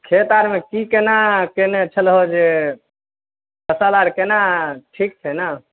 खेत आओरमे कि कोना कएने छलऽ जे फसल आओर कोना ठीक छै ने